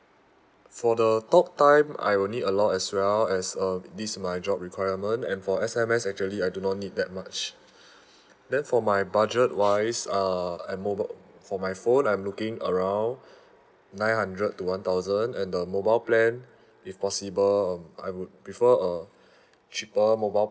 for the talk time I will need a lot as well as um this is my job requirement and for S_M_S actually I do not need that much then for my budget wise uh and mobi~ for my phone I'm looking around nine hundred to one thousand and the mobile plan if possible I would prefer a cheaper mobile